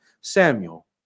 Samuel